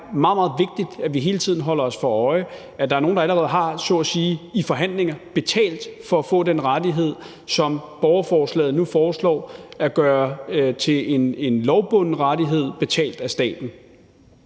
meget vigtigt at vi hele tiden holder os for øje; at der er nogen, der allerede i forhandlinger så at sige har betalt for at få den rettighed, som borgerforslaget nu foreslår at gøre til en lovbunden rettighed betalt af staten.